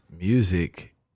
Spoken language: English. music